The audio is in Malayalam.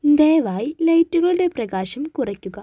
ദയവായി ലൈറ്റുകളുടെ പ്രകാശം കുറയ്ക്കുക